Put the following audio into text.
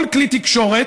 כל כלי תקשורת,